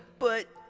but.